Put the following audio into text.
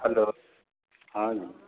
hello हाँ जी